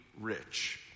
rich